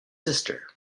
sister